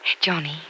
Johnny